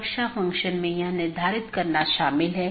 इसलिए पथ को परिभाषित करना होगा